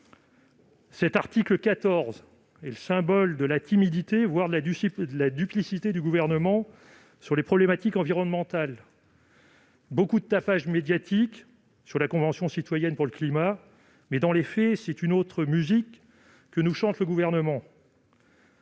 l'article 14 est le symbole de la timidité, voire de la duplicité, du Gouvernement sur les questions environnementales : beaucoup de tapage médiatique sur la Convention citoyenne pour le climat, mais, dans les faits, c'est une autre musique que nous chante le Gouvernement